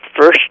first